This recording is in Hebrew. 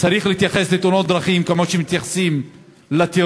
צריך להתייחס לתאונות דרכים כמו שמתייחסים לטרור,